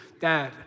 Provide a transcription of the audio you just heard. Dad